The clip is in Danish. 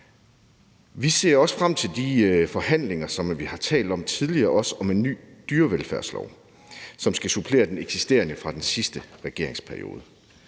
Vi ser også frem til de forhandlinger, som vi også har talt om tidligere, om en ny dyrevelfærdslov, som skal supplere den eksisterende fra den sidste regeringsperiode.